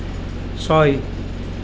ছয়